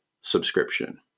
subscription